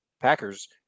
Packers